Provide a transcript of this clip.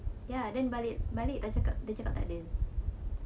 ya then balik balik dah cakap dah cakap tak ada